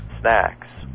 snacks